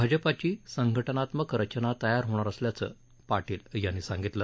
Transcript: भाजपाची संघटनात्मक रचना तयार होणार असल्याचं पाटील यांनी सांगितलं